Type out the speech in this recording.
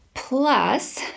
Plus